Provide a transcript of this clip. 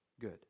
good